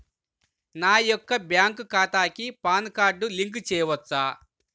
నా యొక్క బ్యాంక్ ఖాతాకి పాన్ కార్డ్ లింక్ చేయవచ్చా?